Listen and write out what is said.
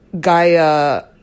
Gaia